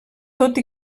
tot